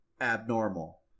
abnormal